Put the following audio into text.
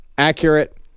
accurate